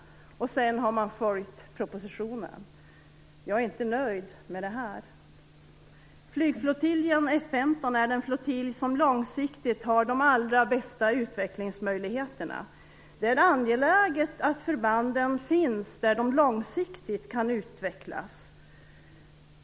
Sedan har man följt propositionen. Jag är inte nöjd med detta. Flygflottiljen F 15 är en flottilj som långsiktigt har de allra bästa utvecklingsmöjligheterna. Det är angeläget att förbanden finns där de långsiktigt kan utvecklas.